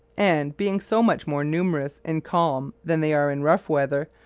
and, being so much more numerous in calm than they are in rough weather,